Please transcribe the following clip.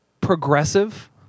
progressive